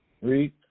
Read